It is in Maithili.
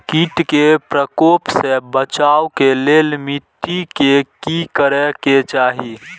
किट के प्रकोप से बचाव के लेल मिटी के कि करे के चाही?